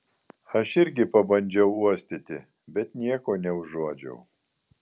aš irgi pabandžiau uostyti bet nieko neužuodžiau